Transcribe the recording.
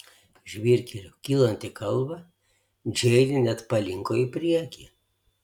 žvyrkeliu kylant į kalvą džeinė net palinko į priekį